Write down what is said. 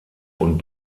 und